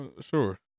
sure